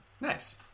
nice